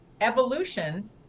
evolution